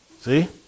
See